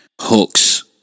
Hooks